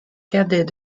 cadet